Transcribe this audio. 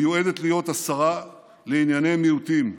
ומיועדת להיות השרה לענייני מיעוטים,